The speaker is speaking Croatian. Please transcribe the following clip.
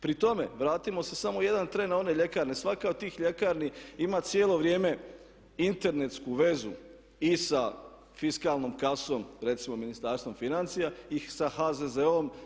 Pri tome, vratimo se samo jedan tren na one ljekarne, svaka od tih ljekarni ima cijelo vrijeme internetsku vezu i sa fiskalnom kasom recimo Ministarstvom financija i sa HZZO-om.